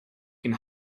can